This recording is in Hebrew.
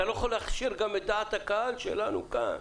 אתה לא יכול להכשיר גם את דעת הקהל שלנו כאן